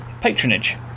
patronage